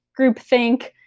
groupthink